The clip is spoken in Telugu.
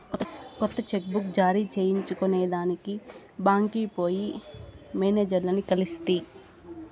కొత్త చెక్ బుక్ జారీ చేయించుకొనేదానికి బాంక్కి పోయి మేనేజర్లని కలిస్తి